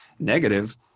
negative